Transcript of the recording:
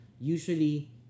usually